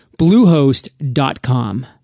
bluehost.com